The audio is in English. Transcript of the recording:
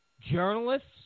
journalists